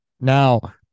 now